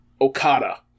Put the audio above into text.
okada